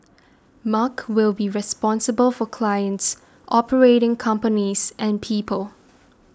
Mark will be responsible for clients operating companies and people